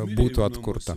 būtų atkurta